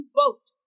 vote